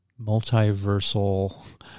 multiversal